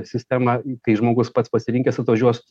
sistemą kai žmogus pats pasirinkęs atvažiuos